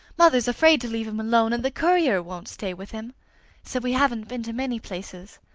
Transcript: mother's afraid to leave him alone, and the courier won't stay with him so we haven't been to many places.